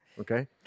Okay